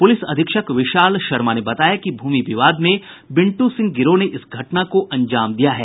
police अधीक्षक विशाल शर्मा ने बताया कि भूमि विवाद में बिन्टू सिंह गिरोह ने इस घटना को अंजाम दिया है